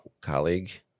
colleague